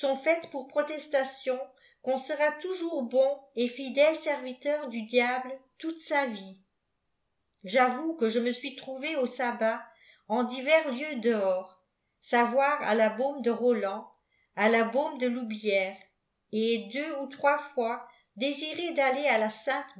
pour protestation qu'on sera toujours bon et fidèle serviteur du diable toute sa vie j'avoue que je me suis trouvé au sabbat en divers lieux dehors savoir à la baume de rolland à la baume de loubières et ai deux ou trois fois désiré d'aller à la